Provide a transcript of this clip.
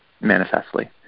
manifestly